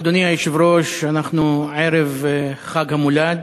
אדוני היושב-ראש, אנחנו ערב חג המולד.